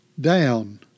down